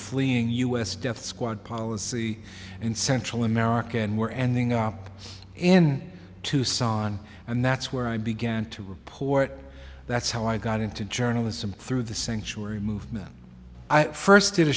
fleeing u s death squad policy in central america and were ending up in tucson and that's where i began to report that's how i got into journalism through the sanctuary movement i first did a